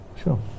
Sure